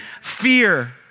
fear